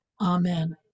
Amen